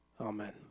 Amen